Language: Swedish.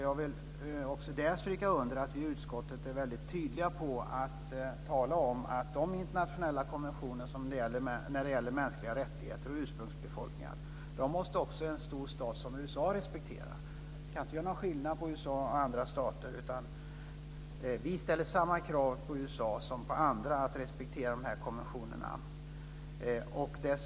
Jag vill också där stryka under att vi i utskottet är väldigt tydliga i fråga om att även en stor stat som USA måste respektera de internationella konventioner om mänskliga rättigheter och ursprungsbefolkningar som det här gäller. Vi kan inte göra någon skillnad på USA och andra stater, utan vi ställer samma krav på USA som på andra att respektera de här konventionerna.